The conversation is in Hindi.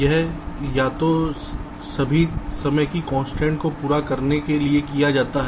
यह या तो सभी समय की कंस्ट्रेंट्स को पूरा करने के लिए किया जाता है